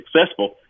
successful